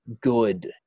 good